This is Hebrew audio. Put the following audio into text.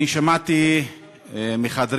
אני שמעתי מחדרי,